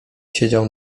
siedział